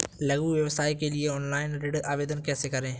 लघु व्यवसाय के लिए ऑनलाइन ऋण आवेदन कैसे करें?